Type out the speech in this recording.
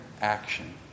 action